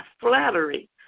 flattery